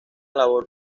labor